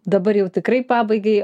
dabar jau tikrai pabaigai